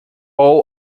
all